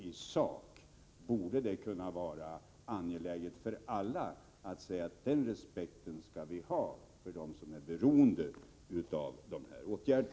I sak borde det vara angeläget för alla att vi visar denna respekt för dem som är beroende av dessa åtgärder.